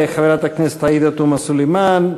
תודה לחברת הכנסת עאידה תומא סלימאן.